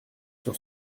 sur